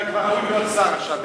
אתה עכשיו כבר שר בעיני.